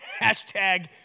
Hashtag